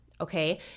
okay